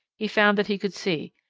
he found that he could see,